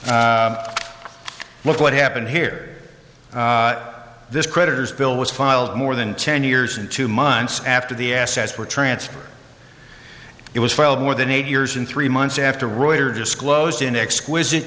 may look what happened here this creditors bill was filed more than ten years and two months after the assets were transferred it was filed more than eight years and three months after roy or disclosed in exquisitely